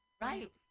right